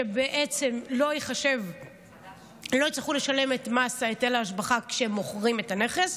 שבעצם לא יצטרכו לשלם את מס היטל ההשבחה כשמוכרים את הנכס,